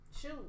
Shoes